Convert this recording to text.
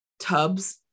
tubs